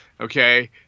Okay